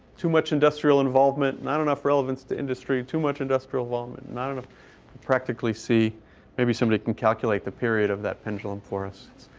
too much industrial involvement, not enough relevance to industry, too much industrial involvement, not enough practically see maybe somebody can calculate the period of that pendulum for us.